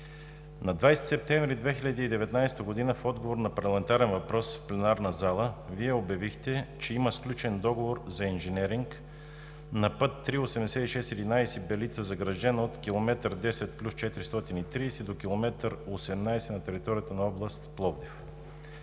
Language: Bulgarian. На 20 септември 2019 г. в отговор на парламентарен въпрос в пленарната зала Вие обявихте, че има сключен договор за инженеринг на път III-8611 Белица – Загражден от км 10+430 до км 18+000 на територията на област Пловдив.